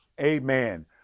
Amen